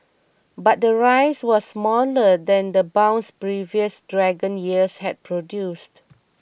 but the rise was smaller than the bounce previous Dragon years had produced